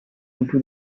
into